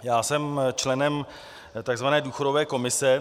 Já jsem členem takzvané důchodové komise.